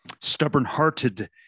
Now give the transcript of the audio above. Stubborn-hearted